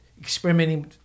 experimenting